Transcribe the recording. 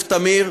יוסף תמיר,